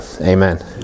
amen